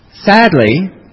sadly